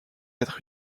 être